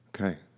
Okay